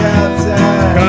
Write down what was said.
outside